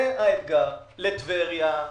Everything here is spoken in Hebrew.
זה האתגר לטבריה,